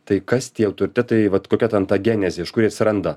tai kas tie autoritetai vat kokia ten ta genezė iš kur atsiranda